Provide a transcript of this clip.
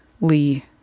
Lee